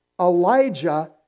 Elijah